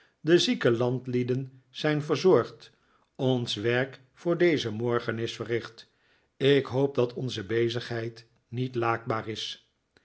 de zieke landlieden zijn verzorgd ons werk voor dezen morgen is verricht ik hoop dat onze bezigheid niet laakbaar is